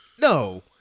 no